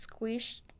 squished